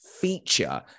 feature